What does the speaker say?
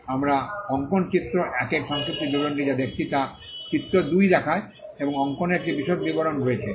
আমরা অঙ্কন চিত্র 1 এর সংক্ষিপ্ত বিবরণটি যা দেখেছি তা চিত্র 2 দেখায় এবং অঙ্কনের একটি বিশদ বিবরণ রয়েছে